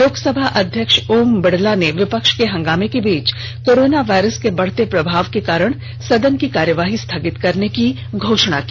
लोकसभा अध्यक्ष ओम बिड़ला ने विपक्ष के हंगामें के बीच कोरोना वायरस के बढ़ते प्रभाव के कारण सदन की कार्यवाही स्थगित करने की घोषणा की